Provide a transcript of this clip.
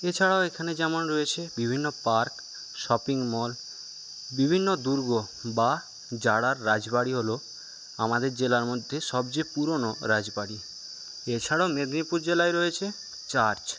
এছাড়াও এখানে যেমন রয়েছে বিভিন্ন পার্ক শপিং মল বিভিন্ন দুর্গ বা জারার রাজবাড়ি হল আমাদের জেলার মধ্যে সবচেয়ে পুরনো রাজবাড়ি এছাড়াও মেদনীপুর জেলায় রয়েছে চার্চ